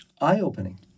eye-opening